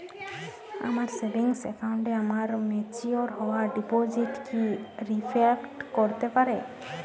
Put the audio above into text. আমার সেভিংস অ্যাকাউন্টে আমার ম্যাচিওর হওয়া ডিপোজিট কি রিফ্লেক্ট করতে পারে?